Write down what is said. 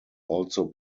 also